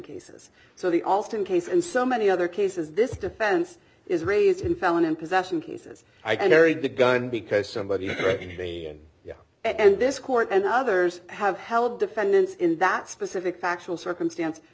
cases so the allston case and so many other cases this defense is raised in felon in possession cases i carried the gun because somebody yeah and this court and others have held defendants in that specific factual circumstance